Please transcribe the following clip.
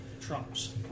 Trump's